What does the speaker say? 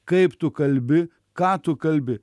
kaip tu kalbi ką tu kalbi